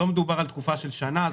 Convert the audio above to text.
לא מדובר על תקופה של שנה.